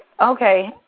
okay